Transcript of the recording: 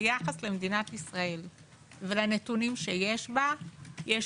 ביחס למדינת ישראל ולנתונים שיש בה יש